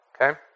Okay